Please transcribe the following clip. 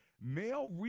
Male